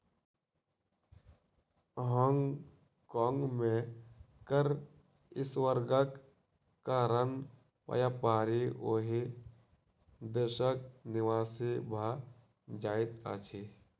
Hong Kong में कर स्वर्गक कारण व्यापारी ओहि देशक निवासी भ जाइत अछिं